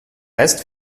rest